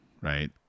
right